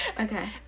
okay